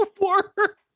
Work